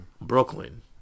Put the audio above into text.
Brooklyn